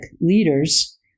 leaders